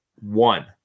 one